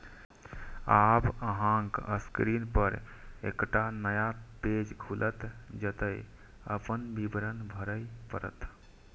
आब अहांक स्क्रीन पर एकटा नया पेज खुलत, जतय अपन विवरण भरय पड़त